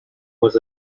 was